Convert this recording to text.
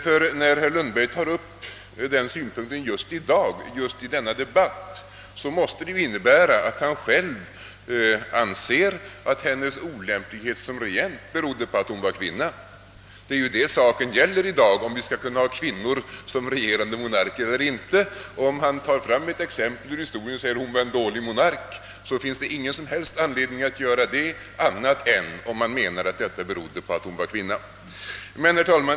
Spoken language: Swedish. Att herr Lundberg framför just den synpunkten måste innebära att han själv anser att hennes olämplighet som regent berodde på att hon var kvinna. Diskussionen i dag gäller, om vi skall kunna ha en kvinna som regerande monark eller inte, och om herr Lundberg tar fram ett exempel ur historien på en dålig monark, måste anledningen vara att han menar att vederbörande var en dålig monark därför att hon var kvinna.